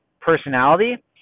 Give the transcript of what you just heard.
personality